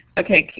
okay.